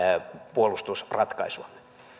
puolustusratkaisua